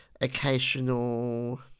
occasional